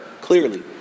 clearly